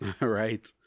Right